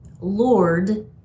Lord